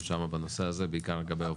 שם בנושא הזה בעיקר לגבי העובדים שם.